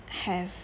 have